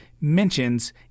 mentions